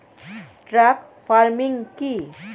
Truck farming কি?